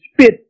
spit